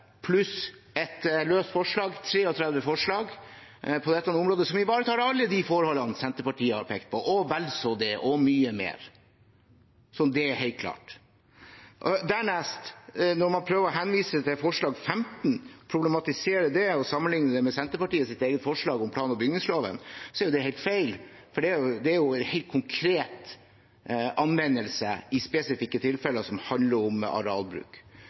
pluss et såkalt løst forslag, altså 33 forslag, på dette området som ivaretar alle de forholdene Senterpartiet har pekt på, og vel så det og mye mer. Så er det helt klart. Dernest: Når man prøver å henvise til forslag nr. 15, problematiserer det og sammenligner det med Senterpartiets eget forslag om å benytte plan- og bygningsloven, er det helt feil, for det handler helt konkret om anvendelse i spesifikke tilfeller som handler om arealbruk.